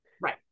Right